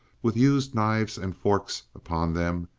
with used knives and forks upon them,